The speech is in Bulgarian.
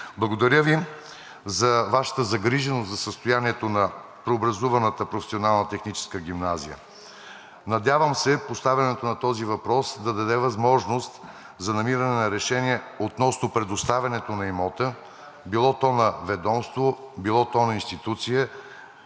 Благодаря Ви за Вашата загриженост за състоянието на преобразуваната професионална техническа гимназия. Надявам се поставянето на този въпрос да даде възможност за намиране на решение относно предоставянето на имота – било то на ведомство, било то на институция,